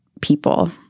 people